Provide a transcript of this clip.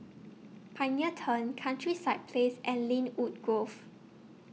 Pioneer Turn Countryside Place and Lynwood Grove